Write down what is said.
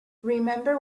remember